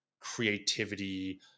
creativity